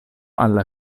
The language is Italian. alla